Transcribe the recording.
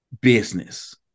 business